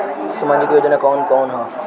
सामाजिक योजना कवन कवन ह?